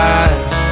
eyes